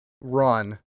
run